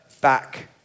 back